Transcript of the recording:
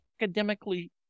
academically